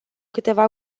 câteva